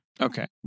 Okay